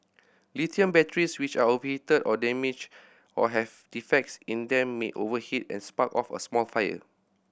lithium batteries which are overheated or damage or have defects in them may overheat and spark off a small fire